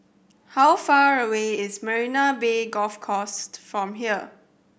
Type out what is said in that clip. how far away is Marina Bay Golf Course from here